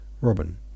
Robin